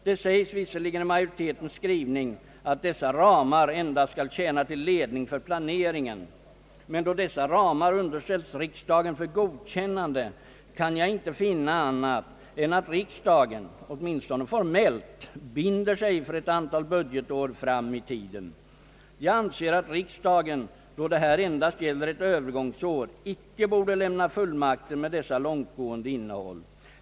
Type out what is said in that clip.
Det sägs visserligen i majoritetens skrivning att dessa ramar endast skall tjäna till ledning för planeringen. Men då dessa ra mar underställs riksdagen för godkännande kan jag icke finna annat än att riksdagen, åtminstone formellt, binder sig för ett antal budgetår fram i tiden. Jag anser att riksdagen, då det här endast gäller ett övergångsår, icke borde lämna fullmakter med detta långtgående innehåll.